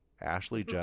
Ashley